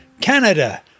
Canada